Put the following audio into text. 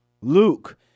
Luke